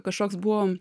kažkoks buvo